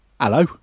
Hello